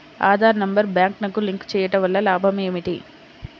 Aadhaar number బ్యాంక్నకు link చేయుటవల్ల లాభం ఏమిటి?